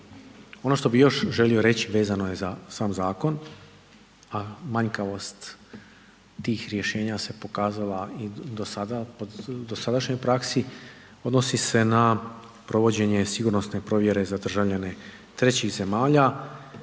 Ono što bih još želio reći vezano je za sam zakon, a manjkavost tih rješenja se pokazala i u dosadašnjoj praksi, odnosi se na provođenje sigurnosne provjere za državljane trećih zemalja,